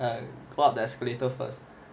like go up the escalator first